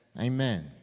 Amen